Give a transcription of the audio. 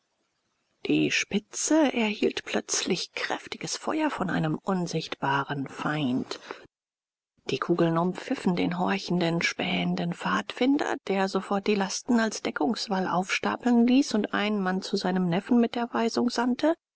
die spitze erhielt plötzlich kräftiges feuer von einem unsichtbaren feind die kugeln umpfiffen den horchenden spähenden pfadfinder der sofort die lasten als deckungswall aufstapeln ließ und einen mann zu seinem neffen mit der weisung sandte